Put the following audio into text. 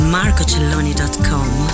MarcoCelloni.com